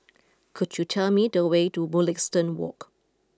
could you tell me the way to Mugliston Walk